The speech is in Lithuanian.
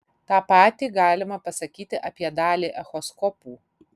tą patį galima pasakyti apie dalį echoskopų